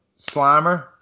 Slimer